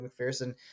McPherson